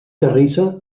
terrissa